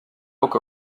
book